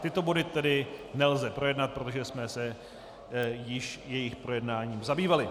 Tyto body tedy nelze projednat, protože jsme se již jejich projednáním zabývali.